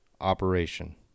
Operation